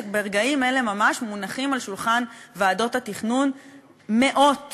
ברגעים אלה ממש מונחות על שולחן ועדות התכנון מאות